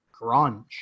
grunge